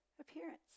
appearance